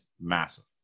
massive